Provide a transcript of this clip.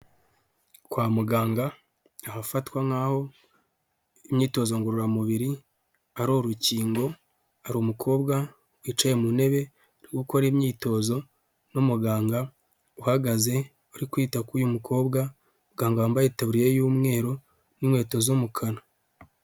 Kwa muganga ahafatwa nkaho imyitozo ngororamubiri ari urukingo, hari umukobwa wicaye mu ntebe uri gukora imyitozo n'umuganga uhagaze, uri kwita kuri uyu mukobwa, umuganga wambaye itaburiya y'umweru n'inkweto z'umukara.